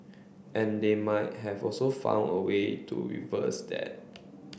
and they might have also found a way to reverse that